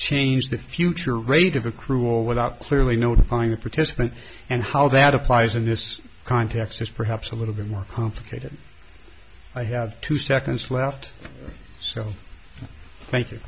change the future rate of accrual without clearly notifying the participants and how that applies in this context is perhaps a little bit more complicated i have two seconds left so